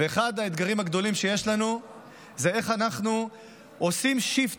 ואחד האתגרים הגדולים שיש לנו זה איך אנחנו עושים shift בחשיבה,